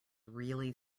really